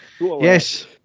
yes